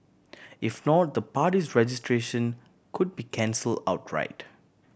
if not the party's registration could be cancel outright